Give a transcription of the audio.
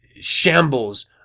shambles